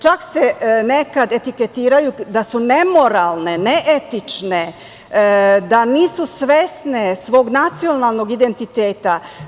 Čak se nekada etiketiraju da su nemoralne, neetične, da nisu svesne svog nacionalnog identiteta.